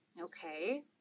Okay